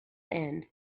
end